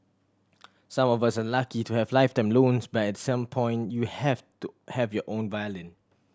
some of us are lucky to have lifetime loans but at some point you have to have your own violin